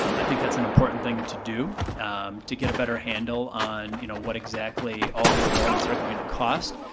i think that's an important thing to do to get a better handle on, you know, what exactly all these elements are going to cost.